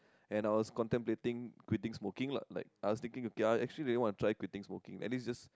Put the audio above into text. and I was contemplating quitting smoking lah like I was thinking okay I actually wanna try quitting smoking at least just